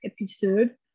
episode